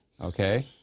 Okay